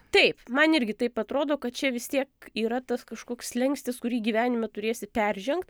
taip man irgi taip atrodo kad čia vis tiek yra tas kažkoks slenkstis kurį gyvenime turėsi peržengt